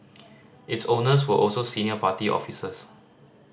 its owners were also senior party officers